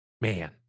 man